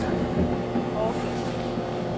হ্যাঁ ওকে ঠিক আছে